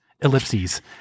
Ellipses